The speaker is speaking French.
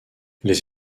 les